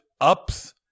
ups